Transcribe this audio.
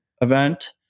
event